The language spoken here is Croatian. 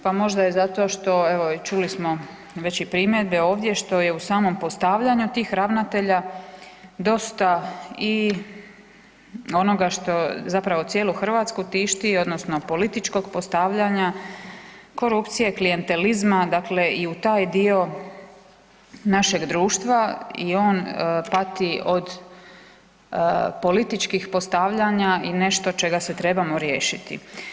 Pa možda i zato što evo čuli smo već i primjedbe ovdje što je u samom postavljanju tih ravnatelja dosta i onoga što zapravo cijelu Hrvatsku tišti odnosno političkog postavljanja, korupcije, klijentelizma, dakle i u taj dio našeg društva i on pati od političkih postavljanja i nešto čega se trebamo riješiti.